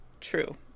True